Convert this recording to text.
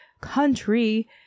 country